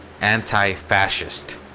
anti-fascist